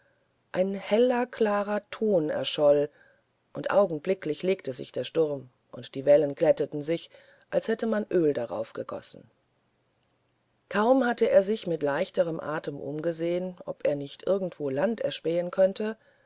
ein heller klarer ton erscholl und augenblicklich legte sich der sturm und die wellen glätteten sich als hätte man öl darauf ausgegossen kaum hatte er sich mit leichterem atem umgesehen ob er nicht irgendwo land erspähen könnte